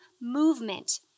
movement